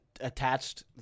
attached